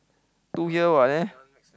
two year [what]